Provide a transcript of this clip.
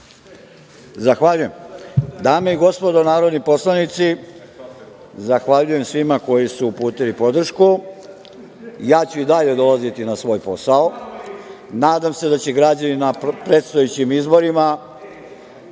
Zahvaljujem. Dame i gospodo narodni poslanici, zahvaljujem svima koji su mi uputili podršku. Ja ću i dalje dolaziti na svoj posao. Nadam se da će građani na predstojećim izborima